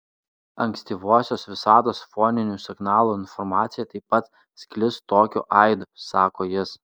ankstyvosios visatos foninių signalų informacija taip pat sklis tokiu aidu sako jis